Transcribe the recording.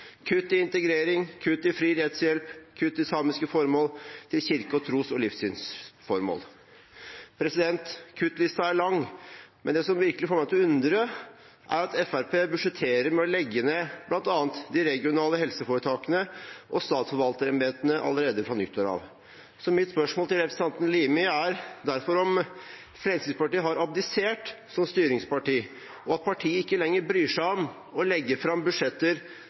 kutt i integrering, kutt i fri rettshjelp, kutt i samiske formål og i kirke-, tros- og livssynsformål. Kuttlisten er lang, men det som virkelig får meg til å undre, er at Fremskrittspartiet budsjetterer med å legge ned bl.a. de regionale helseforetakene og statsforvalterembetene allerede fra nyttår. Så mitt spørsmål til representanten Limi er derfor om Fremskrittspartiet har abdisert som styringsparti, og om partiet ikke lenger bryr seg om å legge fram budsjetter